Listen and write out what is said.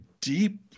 deep